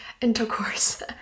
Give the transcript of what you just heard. intercourse